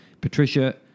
Patricia